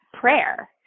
prayer